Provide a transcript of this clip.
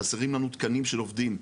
חסרים לנו תקנים של עובדים.